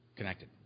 Connected